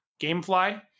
Gamefly